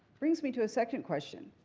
brings me to a second question.